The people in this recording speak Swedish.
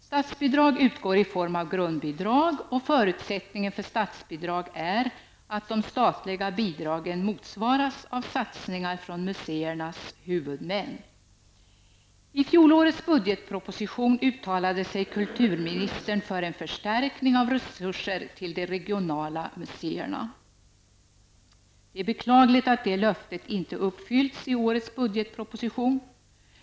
Statsbidrag utgår i form av grundbidrag, och förutsättningen för statsbidrag är att de statliga bidragen motsvaras av satsningar från museernas huvudmän. I fjolårets budgetproposition uttalade sig kulturministern för en förstärkning av resurser till de regionala museerna. Det är beklagligt att det löftet inte uppfylls i årets budgetproposition.